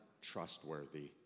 trustworthy